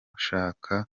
bashaka